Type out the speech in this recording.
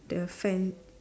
the fence